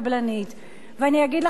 ואני אגיד לכם גם עוד משהו,